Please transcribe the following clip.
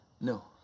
No